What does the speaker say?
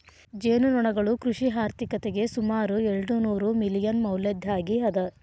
ಜೇನುನೊಣಗಳು ಕೃಷಿ ಆರ್ಥಿಕತೆಗೆ ಸುಮಾರು ಎರ್ಡುನೂರು ಮಿಲಿಯನ್ ಮೌಲ್ಯದ್ದಾಗಿ ಅದ